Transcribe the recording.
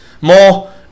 more